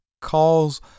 calls